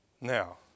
Now